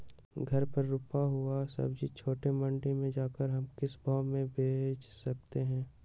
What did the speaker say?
घर पर रूपा हुआ सब्जी छोटे मंडी में जाकर हम किस भाव में भेज सकते हैं?